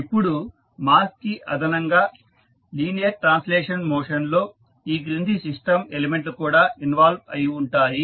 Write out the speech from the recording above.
ఇప్పుడు మాస్ కి అదనంగా లీనియర్ ట్రాన్స్లేషనల్ మోషన్ లో ఈ కింది సిస్టం ఎలిమెంట్ లు కూడా ఇన్వాల్వ్ అయి ఉంటాయి